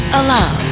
allow